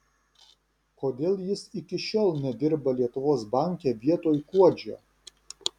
kodėl jis iki šiol nedirba lietuvos banke vietoj kuodžio